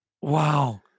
wow